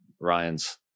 Ryan's